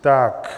Tak.